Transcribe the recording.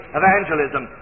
evangelism